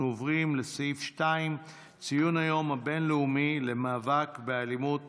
נעבור להצעות לסדר-היום בנושא: ציון היום הבין-לאומי למאבק באלימות